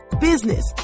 business